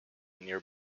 near